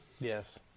Yes